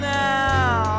now